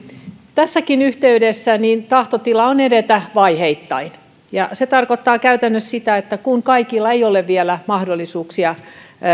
tässäkin yhteydessä tahtotila on edetä vaiheittain ja se tarkoittaa käytännössä sitä että kun kaikilla ei ole vielä mahdollisuuksia